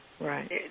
Right